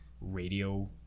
radio